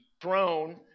throne